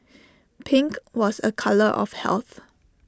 pink was A colour of health